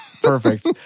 Perfect